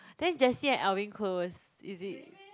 then Jessie and Alvin close is it